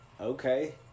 Okay